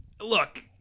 look